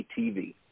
TV